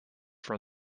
from